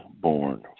born